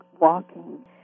walking